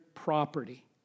Property